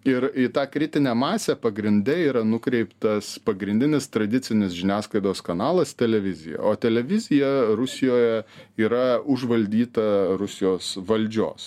ir į tą kritinę masę pagrinde yra nukreiptas pagrindinis tradicinis žiniasklaidos kanalas televizija o televizija rusijoje yra užvaldyta rusijos valdžios